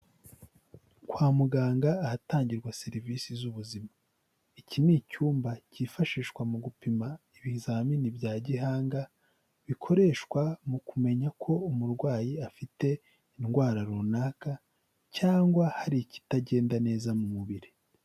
Kwa muganga ahatangirwa serivisi z'ubuzima, iki ni icyumba kifashishwa mu gupima ibizamini bya gihanga, bikoreshwa mu kumenya ko umurwayi afite indwara runaka, cyangwa hari ikitagenda neza mu mubiri.